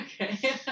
okay